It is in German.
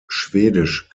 schwedisch